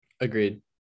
Agreed